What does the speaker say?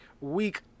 week